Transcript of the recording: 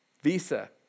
Visa